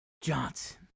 Johnson